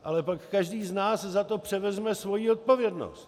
Ale pak každý z nás za to převezme svoji odpovědnost.